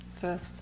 first